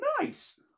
nice